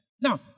Now